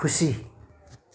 खुसी